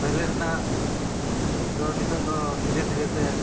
ᱯᱟᱦᱞᱮ ᱨᱮᱱᱟᱜ ᱫᱚ ᱱᱤᱛᱚᱜ ᱫᱚ ᱫᱷᱤᱨᱮ ᱫᱷᱤᱨᱮ ᱛᱮ